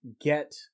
get